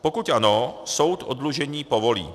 Pokud ano, soud oddlužení povolí.